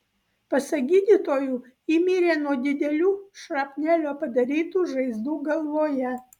pasak gydytojų ji mirė nuo didelių šrapnelio padarytų žaizdų galvoje